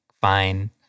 fine